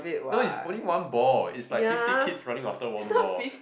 no is only one ball is like fifty kids running after one ball